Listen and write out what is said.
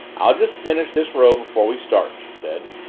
i'll just finish this row before we start, she said.